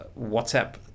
WhatsApp